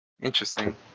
Interesting